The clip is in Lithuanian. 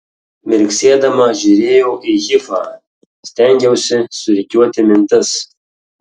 mirksėdama žiūrėjau į hifą stengiausi surikiuoti mintis